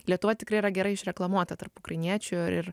lietuva tikrai yra gerai išreklamuota tarp ukrainiečių ir